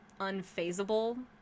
unfazable